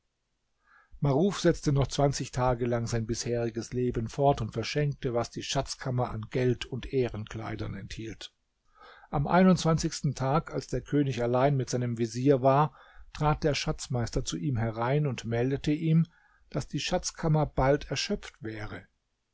maruf setzte noch zwanzig tage lang sein bisheriges leben fort und verschenkte was die schatzkammer an geld und ehrenkleidern enthielt am einundzwanzigsten tag als der könig allein mit seinem vezier war trat der schatzmeister zu ihm herein und meldete ihm daß die schatzkammer bald erschöpft wäre